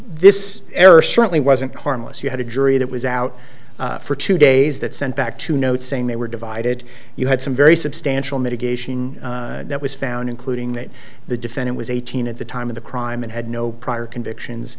this error certainly wasn't harmless you had a jury that was out for two days that sent back to note saying they were divided you had some very substantial mitigation that was found including that the defendant was eighteen at the time of the crime and had no prior convictions